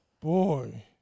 Boy